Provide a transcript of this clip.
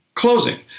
closing